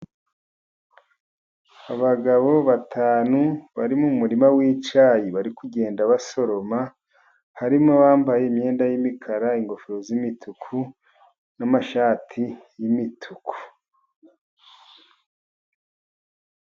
Abagabo batanu bari mu muririma w'icyayi ,bari kugenda basoroma ,harimo abambaye imyenda y'imikara ,ingofero z'imituku n'amashati y'imituku.